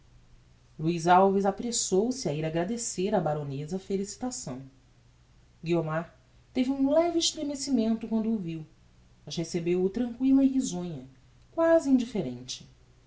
luiz alves apressou-se a ir agradecer á baroneza a felicitação guiomar teve um leve estremecimento quando o viu mas recebeu-o tranquilla e risonha quasi indifferente